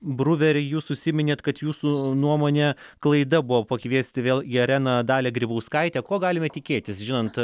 bruveri jūs užsiminėt kad jūsų nuomone klaida buvo pakviesti vėl į areną dalią grybauskaitę ko galime tikėtis žinant